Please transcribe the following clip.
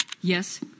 yes